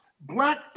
Black